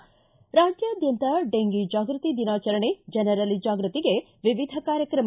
ಿ ರಾಜ್ಯಾದ್ಯಂತ ಡೆಂಗೀ ಜಾಗೃತಿ ದಿನಾಚರಣೆ ಜನರಲ್ಲಿ ಜಾಗೃತಿಗೆ ವಿವಿಧ ಕಾರ್ಯಕ್ರಮ